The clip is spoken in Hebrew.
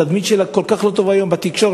התדמית שלה היא כל כך לא טובה היום בתקשורת,